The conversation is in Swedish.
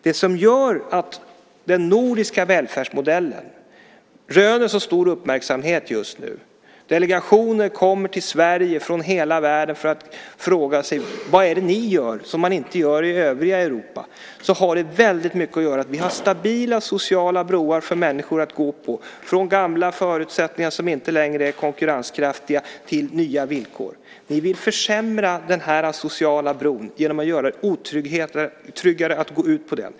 Det som gör att den nordiska välfärdsmodellen röner så stor uppmärksamhet just nu - delegationer kommer till Sverige från hela världen för att fråga vad vi gör men som man inte gör i övriga Europa - har väldigt mycket att göra med att vi har stabila sociala broar för människor att gå på, från gamla förutsättningar som inte längre är konkurrenskraftiga till nya villkor. Ni vill försämra denna sociala bro genom att göra det otryggare att gå på den.